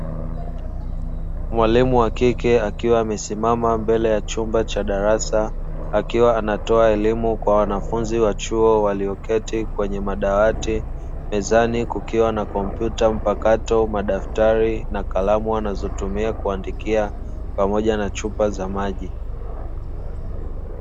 Mwalimu wa kike akiwa amesimama mbele ya chumba cha darasa, akiwa anatoa elimu kwa wanafunzi wa chuo walioketi kwenye madawati. Mezani kukiwa na kompyuta mpakato, madaftari na kalamu wanazotumia kuandikia pamoja na chupa za maji.